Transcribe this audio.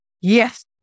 Yes